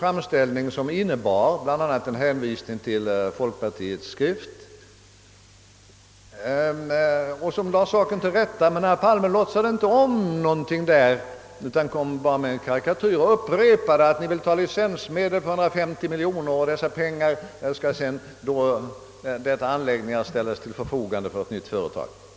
Herr Ståhl hade redan tidigare bl.a. med hänvisning till folkpartiets skrift lagt den saken till rätta, men det låtsades herr Palme inte om, utan han fortsatte med sin karikatyr, att vi vill ha 150 miljoner kronor av licensmedel för att bygga en anläggning som sedan skulle ställas till ett nytt företags förfogande.